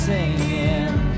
Singing